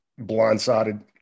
blindsided